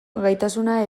gaitasuna